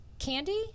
candy